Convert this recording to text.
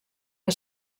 que